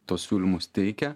tuos siūlymus teikia